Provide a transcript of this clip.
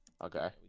okay